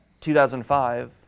2005